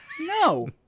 No